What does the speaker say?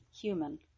human